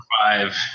five